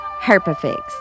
HerpaFix